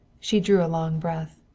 she drew a long breath.